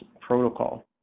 protocol